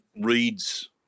reads